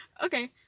okay